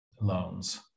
loans